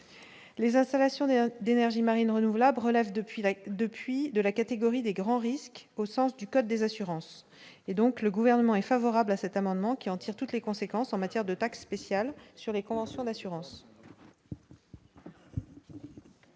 les installations d'énergies marines renouvelables relève depuis la depuis de la catégorie des grands risques au sens du code des assurances et donc le gouvernement est favorable à cet amendement qui en tire toutes les conséquences en matière de taxe spéciale sur les conventions d'assurance.